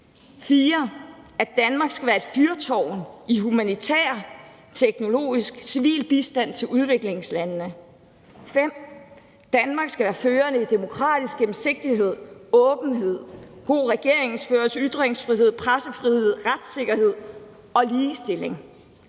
4: At Danmark skal være et fyrtårn i humanitær, teknologisk, civil bistand til udviklingslandene. Punkt 5: At Danmark skal være førende i demokratisk gennemsigtighed, åbenhed, god regeringsførelse, ytringsfrihed, pressefrihed, retssikkerhed og ligestilling.